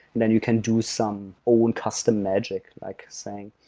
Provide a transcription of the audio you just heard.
then you can do some own custom magic, like saying,